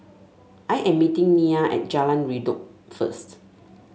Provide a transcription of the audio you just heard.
I am meeting Nia at Jalan Redop first